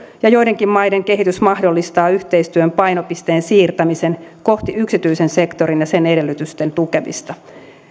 ja joidenkin maiden kehitys mahdollistaa yhteistyön painopisteen siirtämisen kohti yksityisen sektorin ja sen edellytysten tukemista